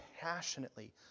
passionately